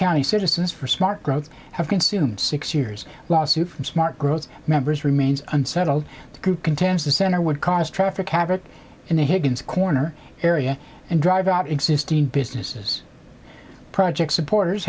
county citizens for smart growth have consumed six years lawsuit from smart growth members remains unsettled contends the center would cause traffic havoc in the higgins corner area and drive out existing businesses projects supporters